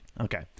Okay